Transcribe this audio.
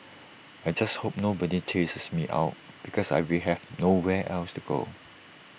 I just hope nobody chases me out because I will have nowhere else to go